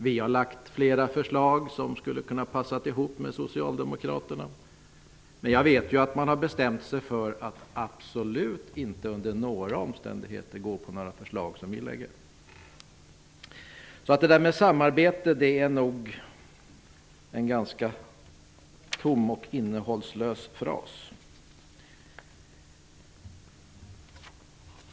Vi har lagt fram flera förslag som skulle ha kunnat passa ihop med socialdemokraternas, men jag vet att man har bestämt sig för att absolut inte under några omständigheter stödja några förslag som vi lägger fram. Talet om samarbete är därför nog ganska tomt och innehållslöst.